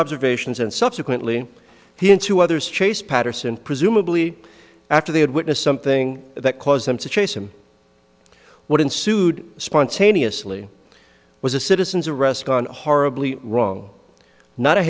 observations and subsequently he in two others chased patterson presumably after they had witnessed something that caused them to chase him what ensued spontaneously was a citizen's arrest gone horribly wrong not a